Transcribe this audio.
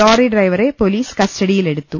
lorry ഡ്രൈവറെ police കസ്റ്റ ഡിയിലെടുത്തു